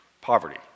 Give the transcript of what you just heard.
Poverty